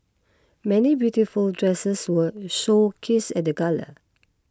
many beautiful dresses were showcased at the gala